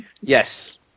Yes